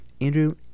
Andrew